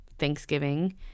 thanksgiving